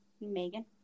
Megan